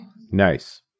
Nice